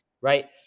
right